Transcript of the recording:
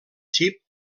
xip